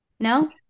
No